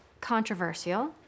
controversial